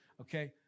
Okay